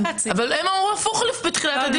הם אמרו הפוך בתחילת הדיון.